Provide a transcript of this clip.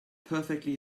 perfectly